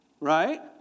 right